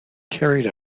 carried